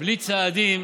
בלי צעדים